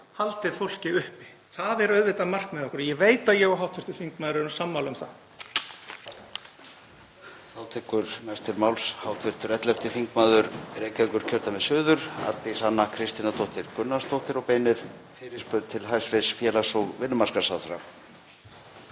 haldið fólki uppi. Það er auðvitað markmið okkar, ég veit að ég og hv. þingmaður erum sammála um það.